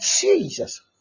jesus